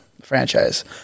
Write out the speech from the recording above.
franchise